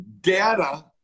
data